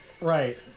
Right